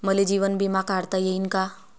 मले जीवन बिमा काढता येईन का?